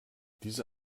diese